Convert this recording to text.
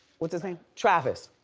what's his name? travis,